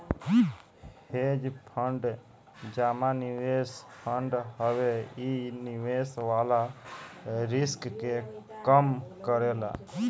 hedge fund जमा निवेश fund हवे इ निवेश वाला रिस्क के कम करेला